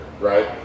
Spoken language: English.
right